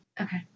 Okay